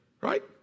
Right